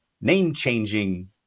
name-changing